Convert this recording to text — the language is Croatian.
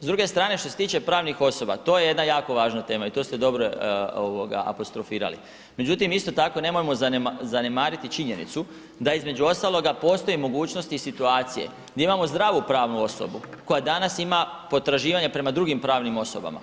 S druge strane što se tiče pravnih osoba, to je jedna jako važna tema i to ste dobro apostrofirali, međutim isto tako nemojmo zanemariti činjenicu da između ostaloga postoji mogućnost i situacije gdje imamo zdravu pravnu osobu koja danas ima potraživanja prema drugim pravnim osobama.